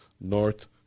North